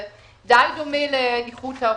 זה די דומה לאיחוד האירופאי.